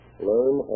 Learn